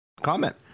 Comment